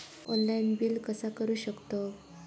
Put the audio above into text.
Online bill कसा करु शकतव?